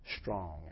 strong